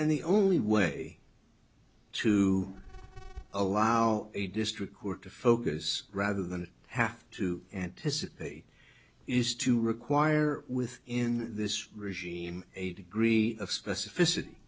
and the only way to allow a district court to focus rather than have to anticipate is to require with in this regime a degree of specificity